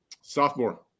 Sophomore